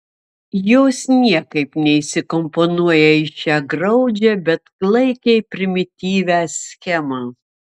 jos niekaip neįsikomponuoja į šią graudžią bet klaikiai primityvią schemą